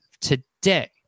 today